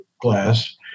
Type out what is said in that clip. glass